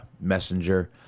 messenger